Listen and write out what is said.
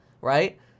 right